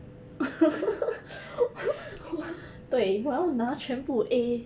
wha~